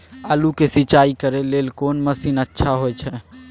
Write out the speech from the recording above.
आलू के सिंचाई करे लेल कोन मसीन अच्छा होय छै?